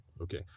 Okay